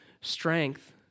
strength